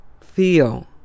feel